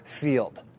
field